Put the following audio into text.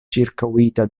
ĉirkaŭita